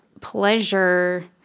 pleasure